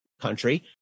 country